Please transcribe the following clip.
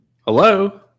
Hello